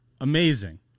amazing